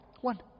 One